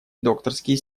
докторские